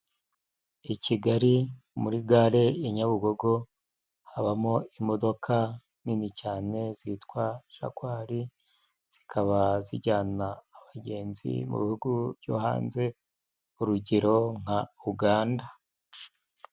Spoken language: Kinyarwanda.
I Kigali muri gare i Nyabugogo habamo imodoka nini cyane zitwa Jagwali, zikaba zijyana abagenzi mu bihugu byo hanze urugero nka Uganda.